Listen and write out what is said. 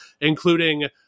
including